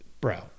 bro